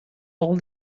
all